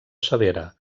severa